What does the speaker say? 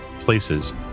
places